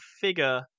figure